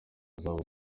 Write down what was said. zabo